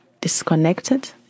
disconnected